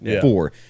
Four